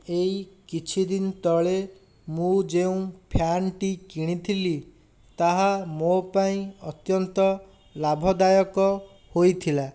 ଏହି କିଛି ଦିନ ତଳେ ମୁଁ ଯେଉଁ ଫ୍ୟାନ୍ଟି କିଣିଥିଲି ତାହା ମୋ ପାଇଁ ଅତ୍ୟନ୍ତ ଲାଭଦାୟକ ହୋଇଥିଲା